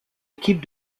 équipe